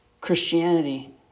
Christianity